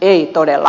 ei todella